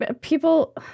people